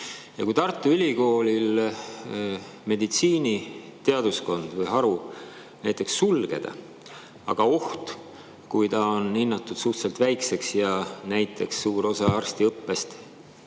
Ja kui Tartu Ülikooli meditsiiniteaduskond või ‑haru näiteks sulgeda … Kui ta on hinnatud suhteliselt väikeseks ja näiteks suur osa arstiõppest